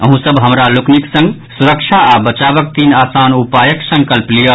अहूँ सब हमरा लोकनिक संग सुरक्षा आ बचावक तीन आसान उपायक संकल्प लियऽ